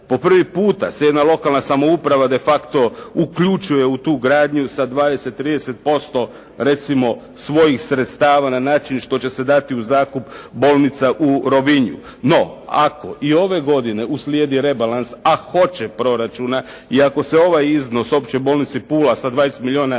Po prvi puta se jedna lokalna samouprava defacto uključuje u tu gradnju sa 20, 30% recimo svojih sredstava na način što će se dati u zakup bolnica u Rovinju. No, ako i ove godine uslijedi rebalans a hoće proračuna i ako se ovaj iznos Općoj bolnici Pula sa 20 milijuna